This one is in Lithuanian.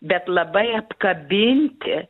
bet labai apkabinti